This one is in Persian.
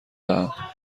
دهم